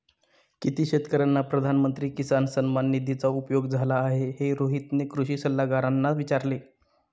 किती शेतकर्यांना प्रधानमंत्री किसान सन्मान निधीचा उपयोग झाला आहे, हे रोहितने कृषी सल्लागारांना विचारले